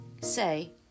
say